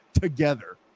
together